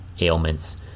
ailments